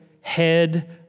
head